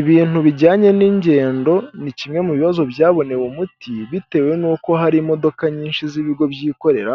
Ibintu bijyanye n'ingendo, ni kimwe mu bibazo byabonewe umuti, bitewe n'uko hari imodoka nyinshi z'ibigo byikorera,